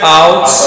out